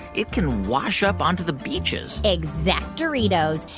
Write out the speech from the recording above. it can wash up onto the beaches exacdoritos.